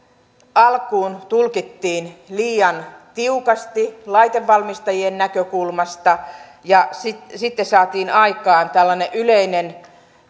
alkuun tulkittiin liian tiukasti laitevalmistajien näkökulmasta ja sitten sitten saatiin aikaan tällainen yleinen